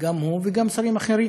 גם הוא וגם שרים אחרים,